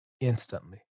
instantly